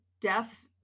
death